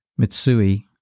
Mitsui